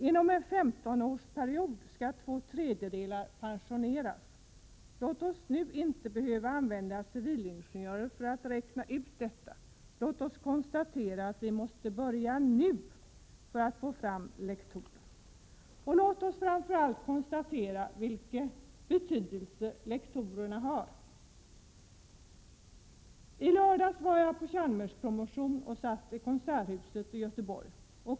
Inom en 15-årsperiod skall två tredjedelar av dem pensioneras. Låt oss inte använda civilingenjörer för att räkna ut detta. Arbetet på att få fram nya lektorer måste börja nu. Tlördags var jag på en promotion på Chalmers i konserthuset i Göteborg.